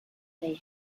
they